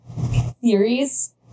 theories